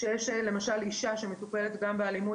כשיש אישה שמטופלת גם באלימות,